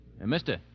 mister